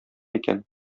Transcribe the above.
икән